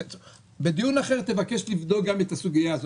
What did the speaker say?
בדיון אחר תבקש לבדוק גם את הסוגיה הזו,